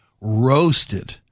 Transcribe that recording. roasted